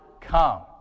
come